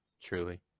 truly